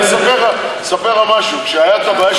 אני אספר לך משהו: כשהייתה הבעיה